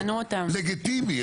לגיטימי,